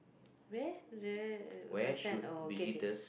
where the a sand oh okay okay